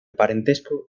parentesco